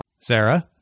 Sarah